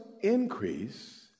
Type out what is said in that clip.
increase